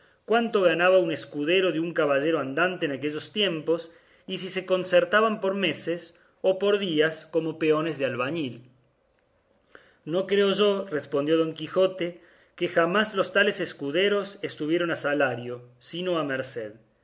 cuánto ganaba un escudero de un caballero andante en aquellos tiempos y si se concertaban por meses o por días como peones de albañir no creo yo respondió don quijote que jamás los tales escuderos estuvieron a salario sino a merced